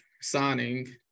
signing